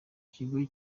ikigo